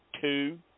two